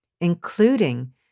including